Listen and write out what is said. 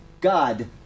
God